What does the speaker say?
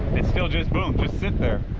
it's still just boom just sit there